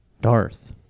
Darth